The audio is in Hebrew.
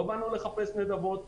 לא באנו לחפש נדבות,